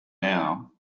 now